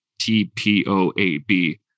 TPOAB